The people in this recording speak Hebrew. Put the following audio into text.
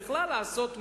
היא יכלה לעשות משהו.